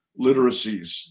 literacies